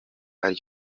ari